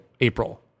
April